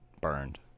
burned